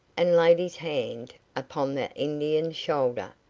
and laid his hand upon the indian's shoulder.